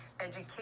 education